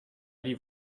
die